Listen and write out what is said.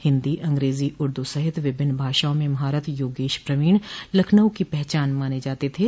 हिन्दी अंग्रेजी उर्दू सहित विभिन्न भाषाओं में महारत योगेश प्रवीण लखनऊ की पहचान माने जाते थे